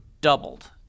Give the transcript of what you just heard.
doubled